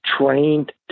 trained